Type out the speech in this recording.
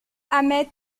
ahmed